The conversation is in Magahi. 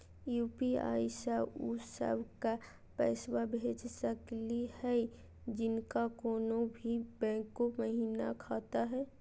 यू.पी.आई स उ सब क पैसा भेज सकली हई जिनका कोनो भी बैंको महिना खाता हई?